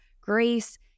grace